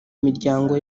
miryango